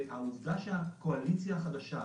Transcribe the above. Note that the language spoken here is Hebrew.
העובדה שהקואליציה החדשה,